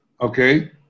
okay